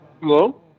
hello